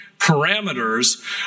parameters